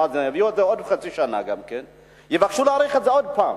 בעוד חצי שנה יבואו עוד הפעם